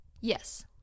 Yes